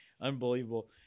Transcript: unbelievable